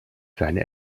seine